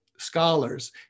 scholars